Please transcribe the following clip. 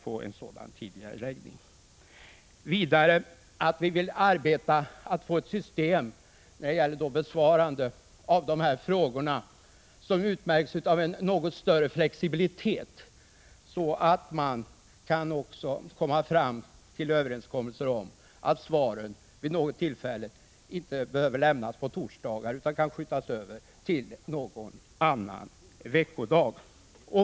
För det andra vill vi arbeta för att få ett system när det gäller besvarandet av frågorna som utmärks av en något större flexibilitet, så att man även kan komma fram till överenskommelser om att svaren, vid något tillfälle, inte behöver lämnas på torsdagen utan kan skjutas över till någon annan veckodag.